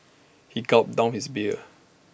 he gulped down his beer